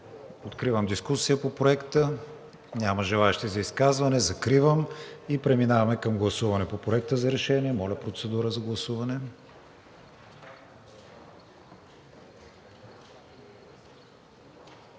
Откривам дискусия по Проекта. Няма желаещи за изказване. Закривам и преминаваме към гласуване по Проекта за решение. Гласували